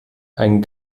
ein